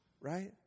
right